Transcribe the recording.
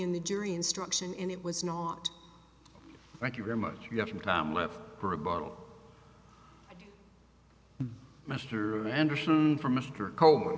in the jury instruction and it was not thank you very much you have some time left for a bottle mr anderson for mr coleman